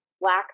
Black